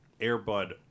Airbud